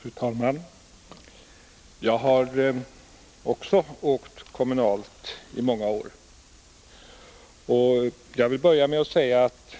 Fru talman! Jag har också åkt kommunalt under många år, och jag vill börja med att säga att